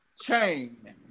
Chain